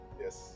Yes